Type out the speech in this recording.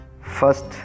first